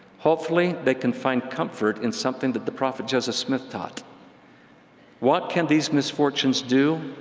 hopefully they can find comfort in something but the prophet joseph smith taught what can these misfortunes do?